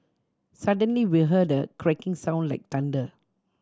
suddenly we heard a cracking sound like thunder